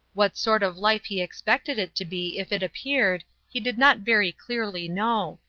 what sort of life he expected it to be if it appeared, he did not very clearly know.